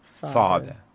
Father